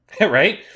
Right